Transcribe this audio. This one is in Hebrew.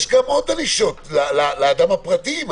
יש גם עוד ענישות לאדם הפרטי.